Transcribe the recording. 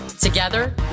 Together